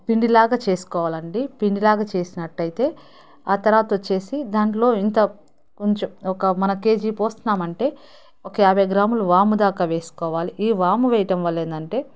పిండిలాగా చేసుకోవాలండి పిండిలాగా చేసినట్టయితే ఆ తర్వాత వచ్చేసి దాంట్లో ఇంత కొంచెం ఒక మనం కేజీ పోస్తున్నాం అంటే ఒక యాభై గ్రాములు వాము దాక వేసుకోవాలి ఈ వాము వేయటం వల్ల ఏందంటే